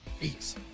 Peace